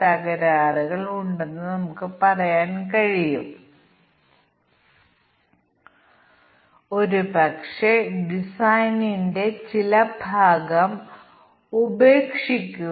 നിക്ഷേപം 1 വർഷം മുതൽ 3 വർഷം വരെയും നിക്ഷേപം 1 ലക്ഷത്തിൽ കുറവാണെങ്കിൽ അത് 7 ശതമാനം ഉത്പാദിപ്പിക്കും